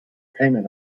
payment